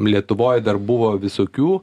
lietuvoj dar buvo visokių